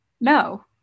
no